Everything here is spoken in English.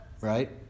right